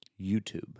YouTube